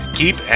keep